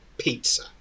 Pizza